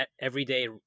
everyday